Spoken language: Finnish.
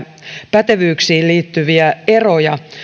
pätevyyksiin liittyviä eroja